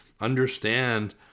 Understand